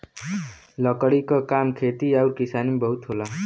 लकड़ी क काम खेती आउर किसानी में बहुत होला